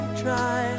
try